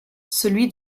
celui